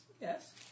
Yes